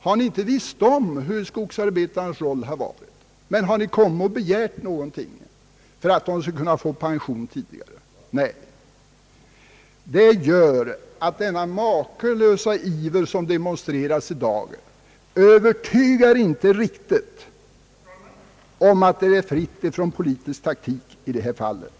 Har ni inte vetat om hur skogsarbetarnas lott har varit? Har ni begärt något för att de skulle få pension tidigare? Nej! Allt detta gör att den makalösa iver som i dag demonstreras inte riktigt övertygar om att den är fri från politisk taktik i detta fall.